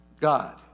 God